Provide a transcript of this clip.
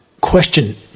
Question